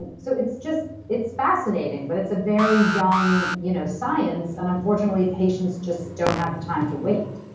so it's just, it's fascinating, but it's a very young you know science, and unfortunately, patients just don't have the time to wait.